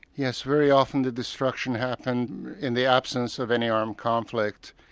yes, very often the destruction happened in the absence of any armed conflict.